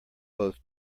both